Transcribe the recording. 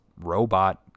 robot